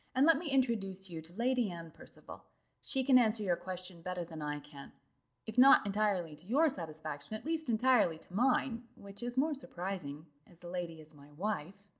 and let me introduce you to lady anne percival she can answer your question better than i can if not entirely to your satisfaction, at least entirely to mine, which is more surprising, as the lady is my wife.